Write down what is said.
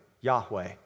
Yahweh